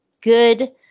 good